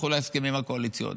לכו להסכמים הקואליציוניים,